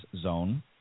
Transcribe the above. zone